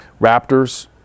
Raptors